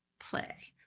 play.